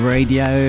Radio